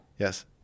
Yes